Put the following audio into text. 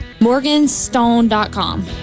Morganstone.com